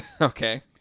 Okay